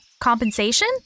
compensation